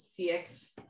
CX